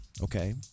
okay